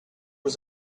was